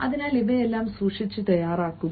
അതിനാൽ ഇവയെല്ലാം സൂക്ഷിച്ച് തയ്യാറാകുക